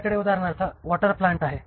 आपल्याकडे उदाहरणार्थ water plant आहे